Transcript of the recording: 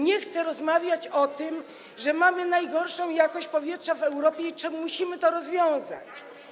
Nie chce rozmawiać o tym, że mamy najgorszą jakość powietrza w Europie i że musimy to rozwiązać.